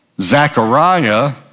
Zechariah